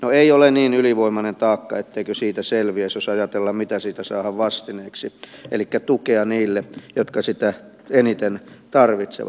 no ei ole niin ylivoimainen taakka etteikö siitä selviäisi jos ajatellaan mitä siitä saadaan vastineeksi elikkä tukea niille jotka sitä eniten tarvitsevat